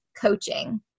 coaching